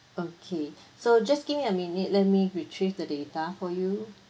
okay so just give me a minute let me retrieve the data for you